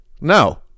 No